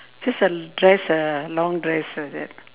just a dress a long dress like that